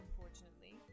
unfortunately